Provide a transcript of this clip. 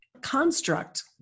construct